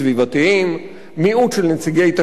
מיעוט של נציגי תשתיות ואנרגיה,